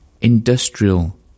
industrial